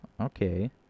Okay